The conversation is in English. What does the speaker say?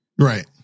right